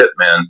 hitman